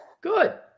Good